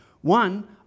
One